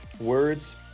Words